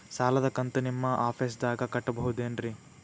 ಸಾಲದ ಕಂತು ನಿಮ್ಮ ಆಫೇಸ್ದಾಗ ಕಟ್ಟಬಹುದೇನ್ರಿ?